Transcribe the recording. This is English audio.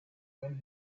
when